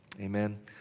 Amen